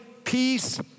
peace